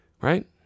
right